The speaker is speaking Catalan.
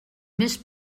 més